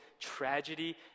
tragedy